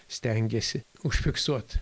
stengėsi užfiksuot